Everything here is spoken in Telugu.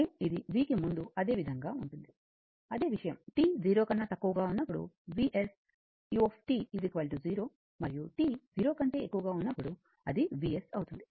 ఇది V కి ముందు అదే విధంగా ఉంటుంది అదే విషయం t 0 కన్నా తక్కువగా ఉన్నప్పుడు Vs u 0 మరియు t 0 కంటే ఎక్కువ గా ఉన్నప్పుడు అది Vs అవుతుంది